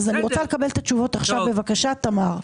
אני רוצה לקבל את התשובות עכשיו, בבקשה, תמר.